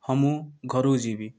ହଁ ମୁଁ ଘରକୁ ଯିବି